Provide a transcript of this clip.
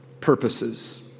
purposes